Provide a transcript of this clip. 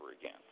again